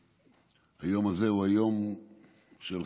שהיום הזה הוא היום שלך,